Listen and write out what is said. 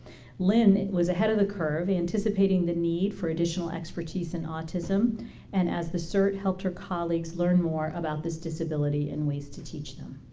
lynn was ahead of the curve anticipating the need for additional expertise in autism and as the cert helped her colleagues learn more about this disability and ways to teach them.